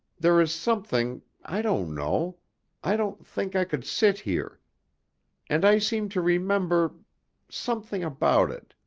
there is something i don't know i don't think i could sit here and i seem to remember something about it,